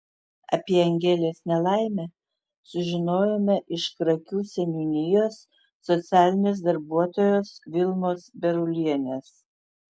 apie angelės nelaimę sužinojome iš krakių seniūnijos socialinės darbuotojos vilmos berulienės